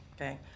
Okay